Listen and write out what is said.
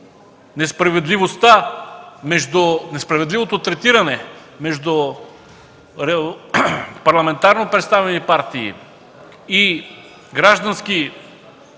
несправедливото третиране между парламентарно представени партии и граждански